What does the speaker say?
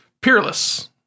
Peerless